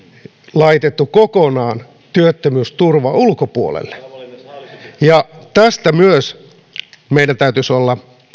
laitettu kokonaan työttömyysturvan ulkopuolelle ja myös tästä meidän täytyisi olla